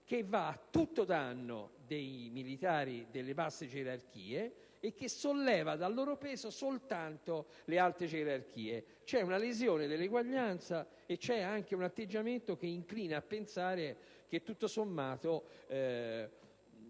che va tutto a danno dei militari delle basse gerarchie mentre solleva dal loro peso soltanto le alte gerarchie. Si ravvisa una lesione dell'uguaglianza e anche un atteggiamento incline a pensare che, tutto sommato,